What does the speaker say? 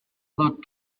lot